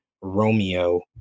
Romeo